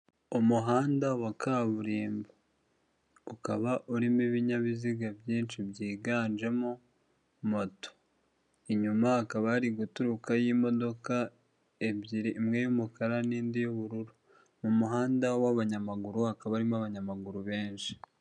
Umuhanda wa kaburimbo, ukaba urimo ibinyabiziga byinshi byiganjemo moto, inyuma hakaba hari guturukayo imodoka ebyiri, imwe y'umukara, n'indi y'ubururu, mu muhanda w'abanyamaguru hakaba harimo abanyamaguru benshi.